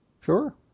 Sure